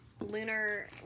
lunar